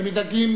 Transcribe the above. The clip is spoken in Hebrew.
אין מתנגדים.